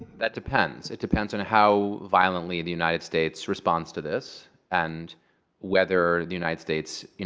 that depends. it depends on how violently the united states responds to this and whether the united states,